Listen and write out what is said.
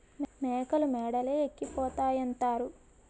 మేకలు మేడలే ఎక్కిపోతాయంతారు